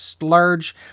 large